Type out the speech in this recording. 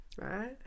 Right